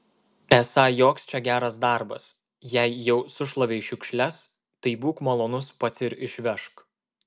esą joks čia geras darbas jei jau sušlavei šiukšles tai būk malonus pats ir išvežk